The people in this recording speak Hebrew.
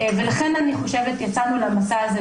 לכן יצאנו למסע הזה,